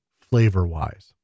flavor-wise